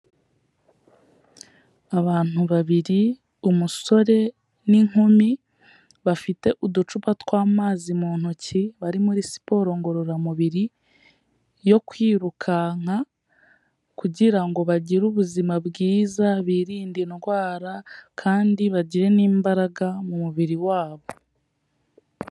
Abantu babiri umusore n'inkumi, bafite uducupa tw'amazi mu ntoki, bari muri siporo ngororamubiri, yo kwirukanka kugira ngo bagire ubuzima bwiza, birinde indwara kandi bagire n'imbaraga mu mubiri wabo.